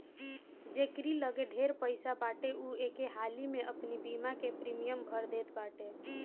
जकेरी लगे ढेर पईसा बाटे उ एके हाली में अपनी बीमा के प्रीमियम भर देत बाटे